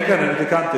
כן, כן, אני תיקנתי.